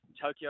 Tokyo